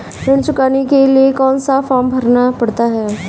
ऋण चुकाने के लिए कौन सा फॉर्म भरना पड़ता है?